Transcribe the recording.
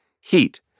heat